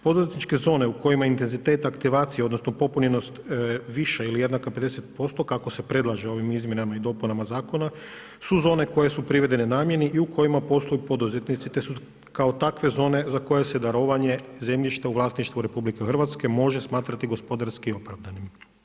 Poduzetničke zone u kojima intenzitet aktivacije, odnosno popunjenost više ili jednaka 50%, kako se predlaže ovim izmjenama i dopunama zakona, su zone koje su privedene namjeni i u kojima posluju poduzetnici te su kao takve zone za koje darovanje zemljišta u vlasništvu RH može smatrati gospodarski opravdanim.